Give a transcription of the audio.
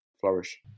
flourish